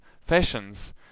fashions